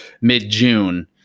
mid-June